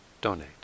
donate